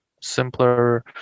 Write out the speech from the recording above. simpler